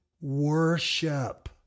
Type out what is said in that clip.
worship